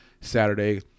Saturday